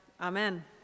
amen